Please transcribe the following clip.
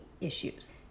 issues